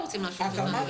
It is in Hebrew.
לא רוצים להשוות לאפריקה.